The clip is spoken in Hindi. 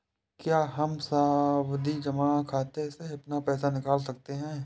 क्या हम सावधि जमा खाते से अपना पैसा निकाल सकते हैं?